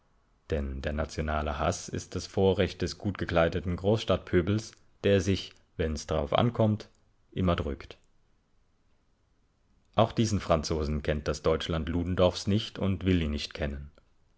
denn der nationale haß ist das vorrecht des gutgekleideten großstadtpöbels der sich wenn's drauf ankommt immer drückt auch diesen franzosen kennt das deutschland ludendorffs nicht und will ihn nicht kennen